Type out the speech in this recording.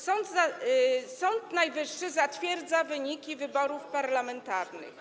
Sąd Najwyższy zatwierdza wyniki wyborów parlamentarnych.